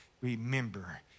remember